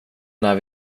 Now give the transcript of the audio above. när